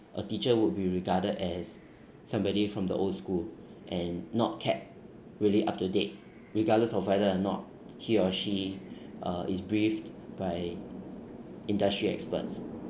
a teacher would be regarded as somebody from the old school and not kept really up to date regardless of whether or not he or she uh is briefed by industry experts